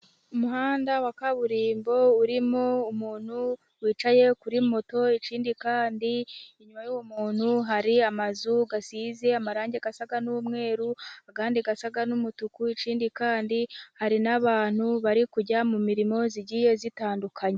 Umuhanda wa kaburimbo urimo umuntu wicaye kuri moto, ikindi kandi inyuma y'uwo muntun hari amazu asize amarangi asa n'umweru andi asa n'umutuku. Ikindi kandi hari n'abantu bari kujya mu mirimo igiye itandukanye.